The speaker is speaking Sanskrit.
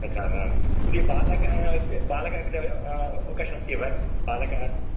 तथा वा यदि बालकः बालकः कृते अवकाश अस्ति वा बालकः